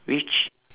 which